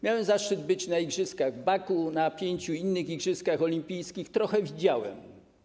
Miałem zaszczyt być na igrzyskach w Baku, na pięciu innych igrzyskach olimpijskich, trochę widziałem.